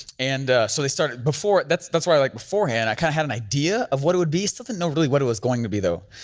and so they started, before, that's that's what i like beforehand, i kinda had an idea of what it would be something not really what it was going to be though.